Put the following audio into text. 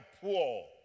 poor